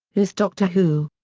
whose doctor who.